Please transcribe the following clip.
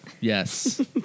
yes